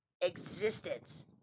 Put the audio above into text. existence